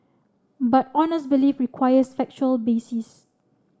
but honest belief requires factual basis